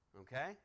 Okay